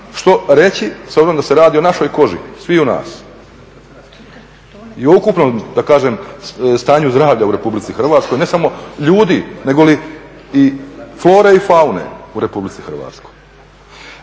što reći s obzirom da se radi o našoj koži, sviju nas i ukupnom, da kažem, stanju zdravlja u RH, ne samo ljudi, nego li i flore i faune u RH. Ja sam